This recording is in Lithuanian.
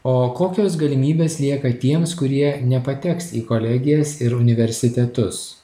o kokios galimybės lieka tiems kurie nepateks į kolegijas ir universitetus